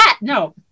no